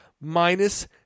minus